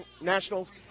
Nationals